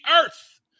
earth